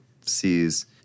sees